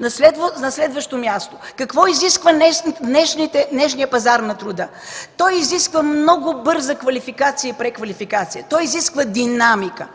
На следващо място, какво изисква днешният пазар на труда? Той изисква много бърза квалификация и преквалификация. Той изисква динамика.